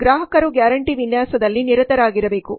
ಗ್ರಾಹಕರು ಗ್ಯಾರಂಟಿ ವಿನ್ಯಾಸದಲ್ಲಿ ನಿರತರಾಗಿರಬೇಕು